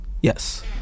Yes